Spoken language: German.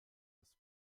das